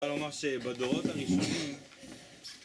אפשר לומר שבדורות הראשונים